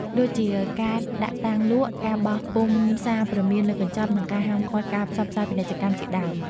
ដូចជាការដាក់តាំងលក់ ការបោះពុម្ពសារព្រមានលើកញ្ចប់ និងការហាមឃាត់ការផ្សព្វផ្សាយពាណិជ្ជកម្មជាដើម។